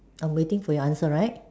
I'm waiting for your answer right